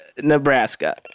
Nebraska